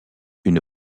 une